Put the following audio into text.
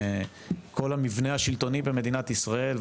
כל המבנה השלטוני במדינת ישראל,